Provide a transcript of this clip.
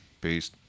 Peace